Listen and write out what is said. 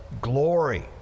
glory